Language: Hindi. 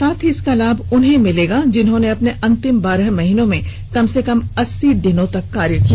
साथ ही इसका लाभ उन्हें मिलेगा जिन्होनें अपने अंतिम बारह महीने में कम से कम अस्सी दिन तक कार्य किया हो